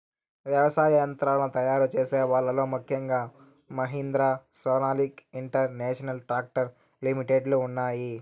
వ్యవసాయ యంత్రాలను తయారు చేసే వాళ్ళ లో ముఖ్యంగా Mahindra, Sonalika international tractor limited లు ఉన్నాయి